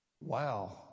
wow